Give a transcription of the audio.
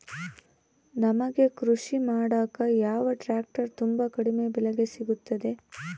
ನಮಗೆ ಕೃಷಿ ಮಾಡಾಕ ಯಾವ ಟ್ರ್ಯಾಕ್ಟರ್ ತುಂಬಾ ಕಡಿಮೆ ಬೆಲೆಗೆ ಸಿಗುತ್ತವೆ?